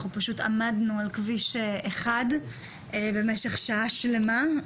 אנחנו פשוט עמדנו על כביש 1 במשך שעה שלמה,